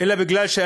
אלא כי אני,